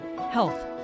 health